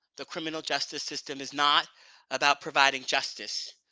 the criminal justice system is not about providing justice,